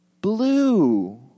blue